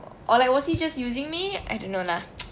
or like was he just using me I don't know lah